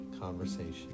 conversation